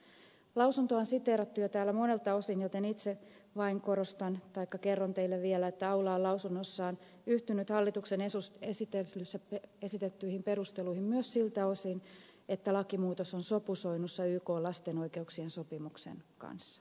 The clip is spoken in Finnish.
lausuntoa on jo siteerattu täällä monelta osin joten itse vain kerron teille vielä että aula on lausunnossaan yhtynyt hallituksen esitettyihin perusteluihin myös siltä osin että lakimuutos on sopusoinnussa ykn lapsen oikeuksien sopimuksen kanssa